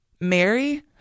Mary